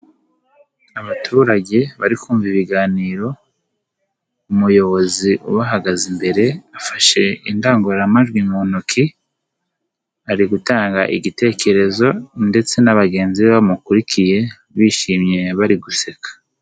Abaturage bari kumva ibiganiro umuyobozi ubahagaze imbere afashe indangururamajwi mu ntoki ari gutanga igitekerezo ndetse na bagenzi be bamukurikiye bishimye bari guseka.